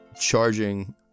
charging